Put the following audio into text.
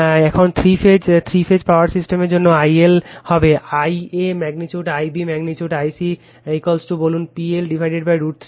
এখন three phase three wire সিস্টেমের জন্য I L হবে Ia magnitude Ib magnitude I c বলুন PL√ 3 VL